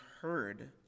heard